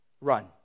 Run